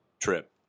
trip